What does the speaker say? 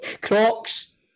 Crocs